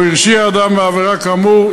או הרשיע אדם בעבירה כאמור,